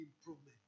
improvement